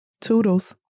Toodles